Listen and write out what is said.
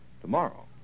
tomorrow